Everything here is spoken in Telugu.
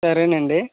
సరే అండి